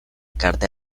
carta